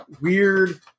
weird